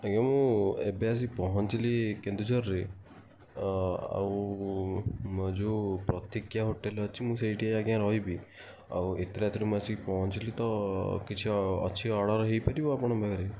ଆଜ୍ଞା ମୁଁ ଏବେ ଆସି ପହଞ୍ଚିଲି କେନ୍ଦୁଝରରେ ଆଉ ଯେଉଁ ପ୍ରତୀକ୍ଷା ହୋଟେଲ୍ ଅଛି ମୁଁ ସେଇଠି ଆଜ୍ଞା ରହିବି ଆଉ ଏତେ ରାତିରେ ମୁଁ ଆସିକି ପହଞ୍ଚିଲି ତ କିଛି ଅଛି ଅର୍ଡ଼ର୍ ହେଇପାରିବ ଆପଣଙ୍କ ପାଖରେ